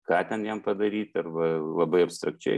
ką ten jam padaryt arba labai abstrakčiai